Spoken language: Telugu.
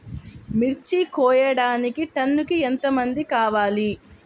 మిర్చి కోయడానికి టన్నుకి ఎంత మంది కావాలి?